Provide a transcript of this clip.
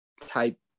type